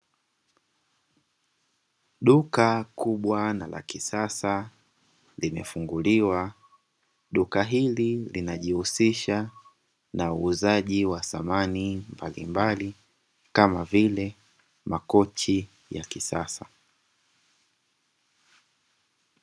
Duka kubwa na la kisasa limefunguliwa, duka hili linajihusisha na uuzaji wa samani mbalimbali kama vile makochi ya kisasa.